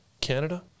Canada